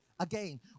Again